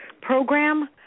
program